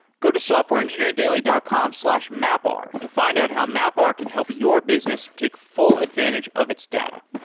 go to softwareengineeringdaily dot com slash mapr to find out how mapr can help your business take full advantage of its data.